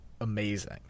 amazing